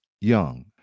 young